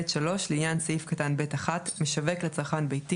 (ב3)לעניין סעיף קטן (ב1), "משווק לצרכן ביתי"